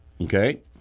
Okay